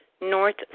North